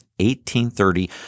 1830